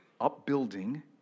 upbuilding